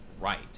right